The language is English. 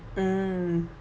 mm